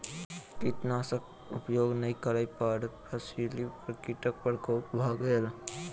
कीटनाशक उपयोग नै करै पर फसिली पर कीटक प्रकोप भ गेल